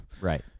Right